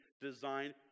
designed